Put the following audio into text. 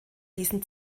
diesem